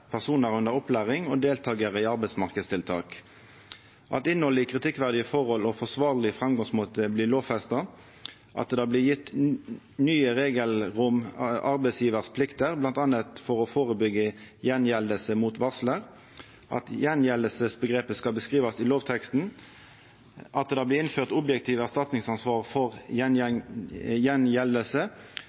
personar under opplæring og deltakarar i arbeidsmarknadstiltak at innhaldet i kritikkverdige forhold og forsvarleg framgangsmåte blir lovfesta at det blir gjeve nye reglar om arbeidsgjevars plikter, m.a. å førebyggja gjengjelding mot varslar at gjengjeldingsomgrepet skal beskrivast i lovteksten at det blir innført eit objektivt erstatningsansvar for